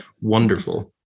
wonderful